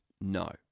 no